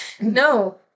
No